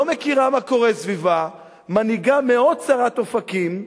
לא מכירה מה קורה מסביבה, מנהיגה מאוד צרת אופקים,